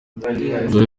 dore